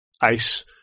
Ice